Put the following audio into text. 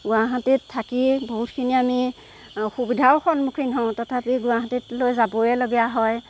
গুৱাহাটীত থাকি বহুতখিনি আমি অসুবিধাও সন্মুখীন হওঁ তথাপি গুৱাহাটীলৈ যাবই লগীয়া হয়